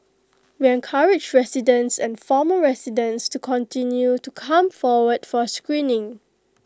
we encourage residents and former residents to continue to come forward for screening